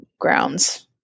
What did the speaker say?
grounds